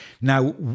Now